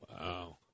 Wow